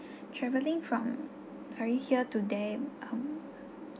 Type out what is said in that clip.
travelling from sorry here today um